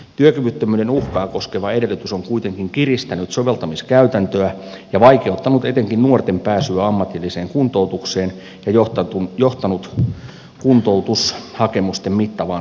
työkyvyttömyyden uhkaa koskeva edellytys on kuitenkin kiristänyt soveltamiskäytäntöä ja vaikeuttanut etenkin nuorten pääsyä ammatilliseen kuntoutukseen ja johtanut kuntoutushakemusten mittavaan hylkäysmäärään